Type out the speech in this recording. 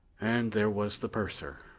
and there was the purser.